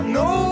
no